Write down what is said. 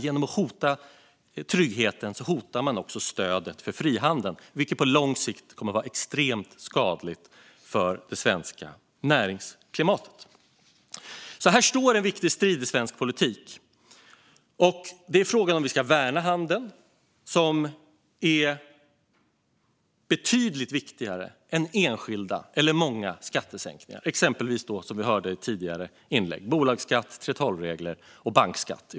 Genom att hota tryggheten lyckas regeringen på så sätt hota även stödet för frihandeln, vilket på lång sikt kommer att vara extremt skadligt för det svenska näringsklimatet. Här står alltså en viktig strid i svensk politik. Frågan är om vi ska värna handeln, som är betydligt viktigare än enskilda eller många skattesänkningar, exempelvis bolagsskatt, 3:12-regler och bankskatt, som vi hörde i tidigare inlägg.